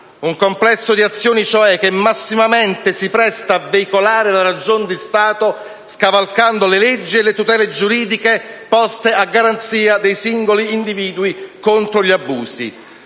un complesso di azioni, cioè, che massimamente si presta a veicolare la ragion di Stato scavalcando le leggi e le tutele giuridiche poste a garanzia dei singoli individui contro gli abusi.